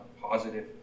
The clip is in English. positive